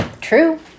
True